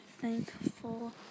thankful